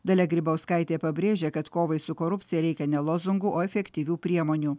dalia grybauskaitė pabrėžia kad kovai su korupcija reikia ne lozungų o efektyvių priemonių